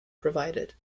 provided